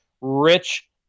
rich